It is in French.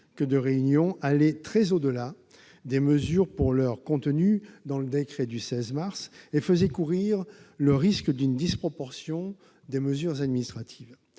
que de réunion excédait très largement les mesures pour l'heure contenues dans le décret du 16 mars 2020 et faisait courir le risque d'une disproportion des mesures administratives